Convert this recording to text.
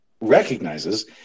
recognizes